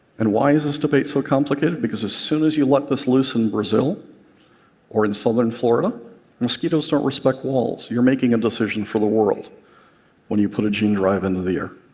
and why is this debate so complicated? because as soon as you let this loose in brazil or in southern florida mosquitoes don't respect walls. you're making a decision for the world when you put a gene drive into the air.